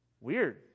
weird